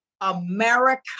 America